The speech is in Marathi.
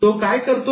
तो काय करतोय